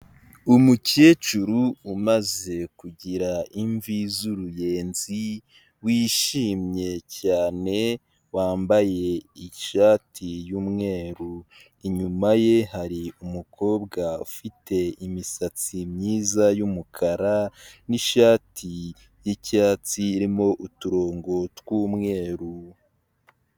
Umukecuru umaze kugira imvi z'uruyenzi wishimye cyane wambaye ishati y'umweru inyuma ye hari umukobwa ufite imisatsi myizaumukara nishati y'icyatsi irimo uturongo tw'umweru.